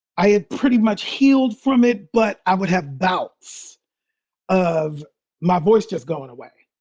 i had pretty much healed from it, but i would have bouts of my voice just going away